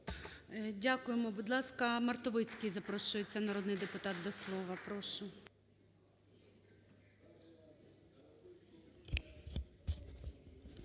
Дякуємо. Будь ласка, Мартовицький запрошується народний депутат до слова. Прошу.